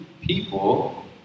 people